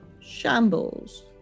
Shambles